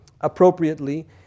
appropriately